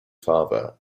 father